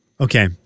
Okay